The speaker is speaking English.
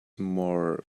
more